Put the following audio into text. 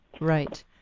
Right